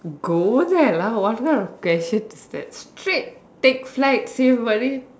go there lah what kind of question is that straight take flight save money